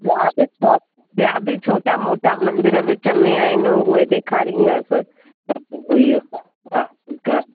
ॿिया बि ॿिया बि छोटा मोटा मंदर विच में आहिनि उहे ॾेखारींदसि त पोइ इहो हा ठीकु आहे